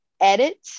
edit